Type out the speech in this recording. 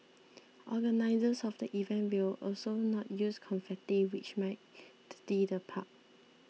organisers of the event will also not use confetti which might dirty the park